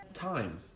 time